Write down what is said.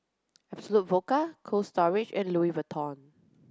Absolut Vodka Cold Storage and Louis Vuitton